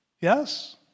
Yes